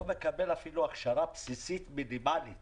לא מקבל אפילו הכשרה בסיסית מינימלית